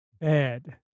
bad